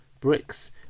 bricks